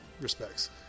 respects